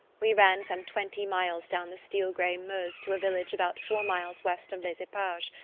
we ran some twenty miles down the steel-grey meuse to a village about four miles west of les eparges,